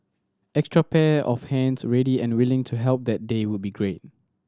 extra pair of hands ready and willing to help that day would be great